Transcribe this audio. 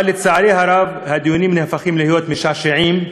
אבל לצערי הרב הדיונים נהפכים להיות משעשעים,